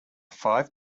five